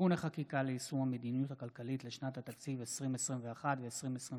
(תיקוני חקיקה ליישום המדיניות הכלכלית לשנות התקציב 2021 ו-2022),